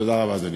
תודה רבה, אדוני.